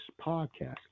podcast